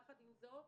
יחד עם זאת,